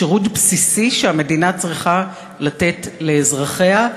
שירות בסיסי שהמדינה צריכה לתת לאזרחיה.